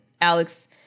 Alex